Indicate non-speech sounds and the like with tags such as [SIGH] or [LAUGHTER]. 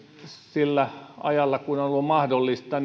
sillä ajalla kun on ollut mahdollista [UNINTELLIGIBLE]